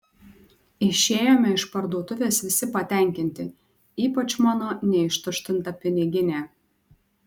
išėjome iš parduotuvės visi patenkinti ypač mano neištuštinta piniginė